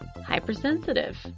hypersensitive